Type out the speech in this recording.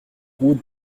route